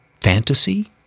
fantasy